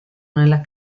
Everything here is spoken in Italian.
nella